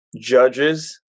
judges